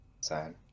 Sad